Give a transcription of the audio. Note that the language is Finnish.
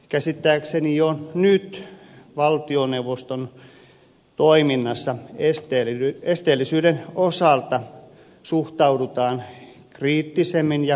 käsittääkseni jo nyt valtioneuvoston toiminnassa esteellisyyteen suhtaudutaan kriittisemmin ja vakavammin